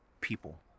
people